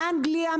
מאנגליה,